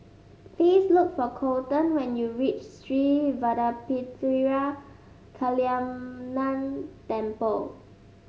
please look for Coleton when you reach Sri Vadapathira Kaliamman Temple